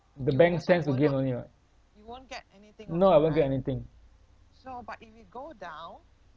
the bank stands to gain only [what] no I won't get anything